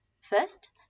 First